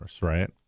right